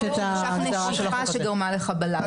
יש רק נשיכה שגרמה לחבלה.